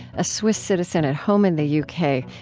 a swiss citizen at home in the u k,